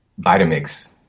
Vitamix